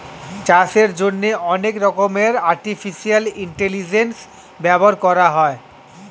চাষের জন্যে অনেক রকমের আর্টিফিশিয়াল ইন্টেলিজেন্স ব্যবহার করা হয়